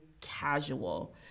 casual